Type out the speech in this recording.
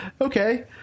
okay